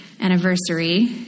anniversary